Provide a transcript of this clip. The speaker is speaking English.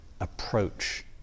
approach